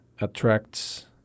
attracts